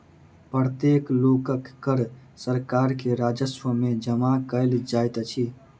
प्रत्येक लोकक कर सरकार के राजस्व में जमा कयल जाइत अछि